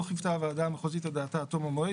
לא חיוותה הוועדה המחוזית את דעתה עד תום המועד,